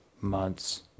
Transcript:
months